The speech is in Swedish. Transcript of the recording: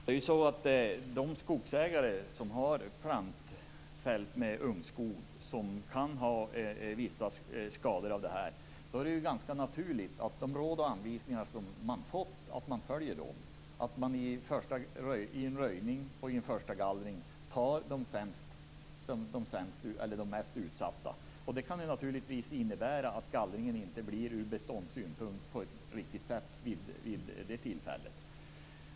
Fru talman! För de skogsägare som har plantfält med ungskog som kan ha vissa skador av detta är det ganska naturligt att följa de råd och anvisningar som de fått. De tar alltså i en första röjning och gallring de mest utsatta. Detta kan naturligtvis innebära att gallringen inte blir riktig ur beståndssynpunkt vid det tillfället.